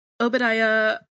Obadiah